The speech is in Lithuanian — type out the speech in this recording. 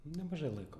nemažai laiko